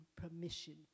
permission